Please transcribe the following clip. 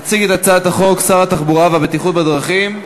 יציג את הצעת החוק שר התחבורה והבטיחות בדרכים.